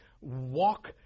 walk